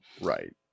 right